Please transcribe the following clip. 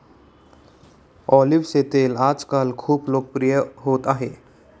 ऑलिव्हचे तेल आजकाल खूप लोकप्रिय होत आहे